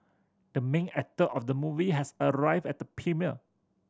the main actor of the movie has arrived at the premiere